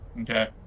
Okay